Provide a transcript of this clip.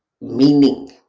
meaning